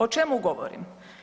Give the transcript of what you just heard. O čemu govorim?